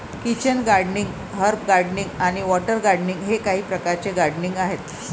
kitchen gardening, herb gardening आणि water gardening हे काही प्रकारचे गार्डनिंग आहेत